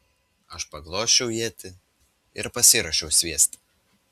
aš paglosčiau ietį ir pasiruošiau sviesti